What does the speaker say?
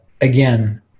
again